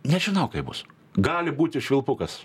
nežinau kaip bus gali būti švilpukas